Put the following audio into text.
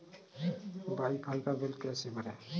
Wi fi का bill कैसे भरें?